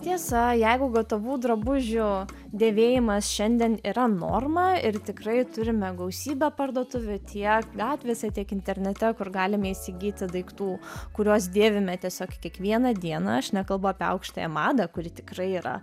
tiesa jeigu gatavų drabužių dėvėjimas šiandien yra norma ir tikrai turime gausybę parduotuvių tiek gatvėse tiek internete kur galime įsigyti daiktų kuriuos dėvime tiesiog kiekvieną dieną aš nekalbu apie aukštąją madą kuri tikrai yra